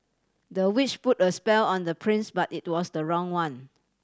the witch put a spell on the prince but it was the wrong one